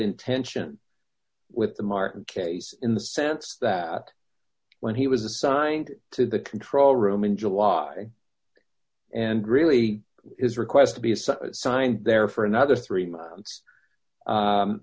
in tension with the martin case in the sense that when he was assigned to the control room in july and really his request to be some signed there for another three months